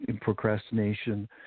procrastination